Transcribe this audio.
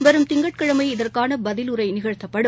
வரும் திங்கட்கிழமை இதற்கான பதிலுரை நிகழ்த்தப்படும்